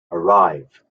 arrive